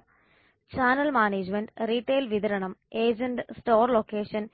സ്ഥലം channel management retail വിതരണം agent store location